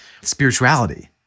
spirituality